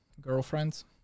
girlfriends